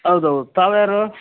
ಹೌದೌದ್ ತಾವು ಯಾರು